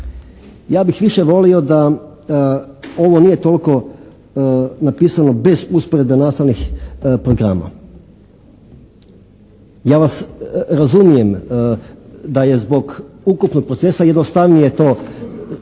ja bih više volio da ovo nije toliko napisano bez usporedbe nastavnih programa. Ja vas razumijem da je zbog ukupnog procesa jednostavnije to, ja vas